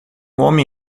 homem